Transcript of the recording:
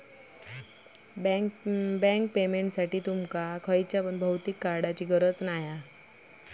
bank पेमेंटसाठी तुमका खयच्या पण भौतिक कार्डची आवश्यकता नाय हा